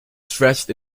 stretched